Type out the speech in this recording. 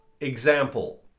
example